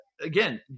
again